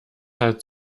halt